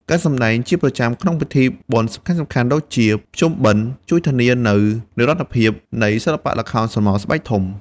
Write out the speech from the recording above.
ការសម្តែងជាប្រចាំក្នុងពិធីបុណ្យសំខាន់ៗដូចជាភ្ជុំបិណ្ឌ ជួយធានានូវ និរន្តរភាព នៃសិល្បៈល្ខោនស្រមោលស្បែកធំ។